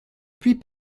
puis